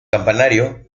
campanario